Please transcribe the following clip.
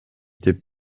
деп